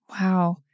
Wow